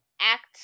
act